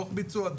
דוח ביצוע,